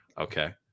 Okay